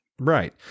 Right